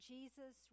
Jesus